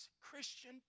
Christian